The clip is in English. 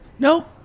Nope